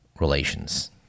relations